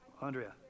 Andrea